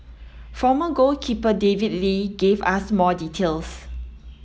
former goalkeeper David Lee gave us more details